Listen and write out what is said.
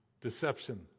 deception